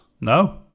No